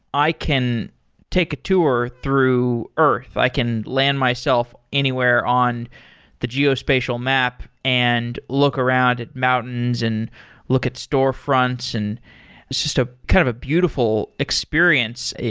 i can take a tour through earth. i can land myself anywhere on the geospatial map and look around at mountains and look at storefronts. and it's just ah kind of a beautiful experience.